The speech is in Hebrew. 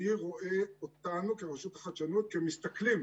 אני רואה אותנו כרשות החדשנות כמסתכלים